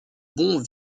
bon